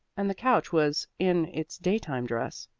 and the couch was in its daytime dress,